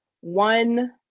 one